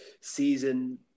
season